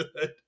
good